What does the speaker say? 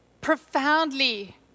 profoundly